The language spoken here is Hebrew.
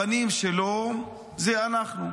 הבנים שלו זה אנחנו.